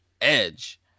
Edge